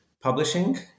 publishing